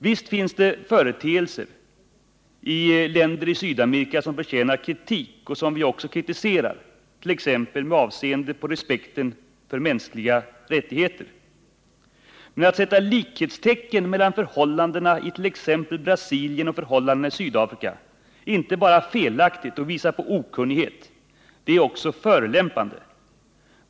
Visst finns det företeelser i länder i Sydamerika som förtjänar kritik och som vi också kritiserar, t.ex. med avseende på respekten för mänskliga rättigheter. Men att sätta likhetstecken mellan förhållandena it.ex. Brasilien och förhållandena i Sydafrika är inte bara felaktigt och visar på okunnighet, utan det är också förolämpande.